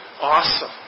awesome